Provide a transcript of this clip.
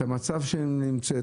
את המצב שהיא נמצאת.